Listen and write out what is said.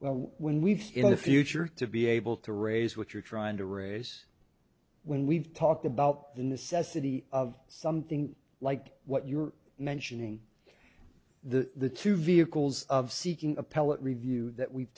opportunity when we've in the future to be able to raise what you're trying to raise when we've talked about the necessity of something like what you were mentioning the two vehicles of seeking appellate review that we've